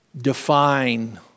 define